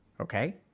Okay